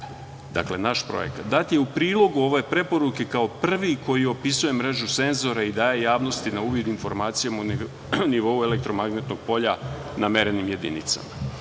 RATEL-a, naš projekat, dat je u prilogu ove preporuke kao prvi koji opisuje mrežu senzora i daje javnosti na uvid informacije na nivou elektromagnetnog polja na merenim jedinicama.